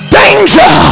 danger